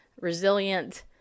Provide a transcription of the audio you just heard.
resilient